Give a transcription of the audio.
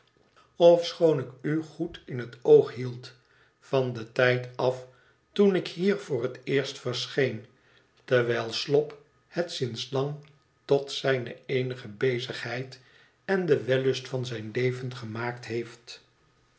ofschoon ik u goed in het oog hield van den tijd aftoen ik hier voor het eerst verscheen terwijl slop het sinds lang tot zijne eenige bezigheid en den wellust van zijn leven gemaakt heeft